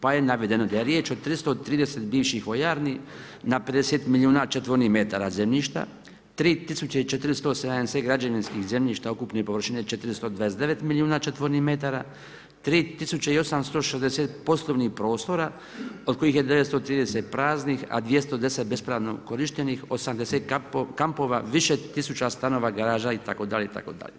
Pa je navedeno da je riječ o 330 bivših vojarni na 50 milijuna četvornih metara zemljišta, 3470 građevinskih zemljišta ukupne površine 429 milijuna četvornih metara, 3860 poslovnih prostora od kojih je 930 praznih, a 210 bespravno korištenih, 80 kampova, više tisuća stanova, garaža itd., itd.